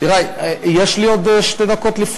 יש לי עוד שתי דקות?